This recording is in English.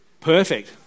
perfect